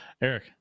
Eric